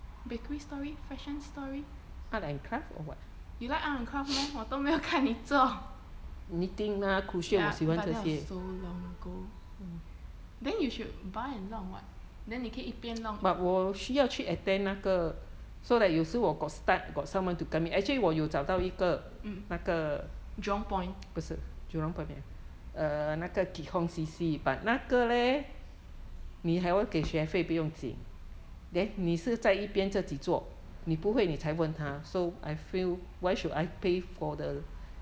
bakery story fashion story you like art and craft meh 我都没有看你做 ya but that was so long ago then you should buy and 弄 [what] then 你可以一边弄一 mm jurong point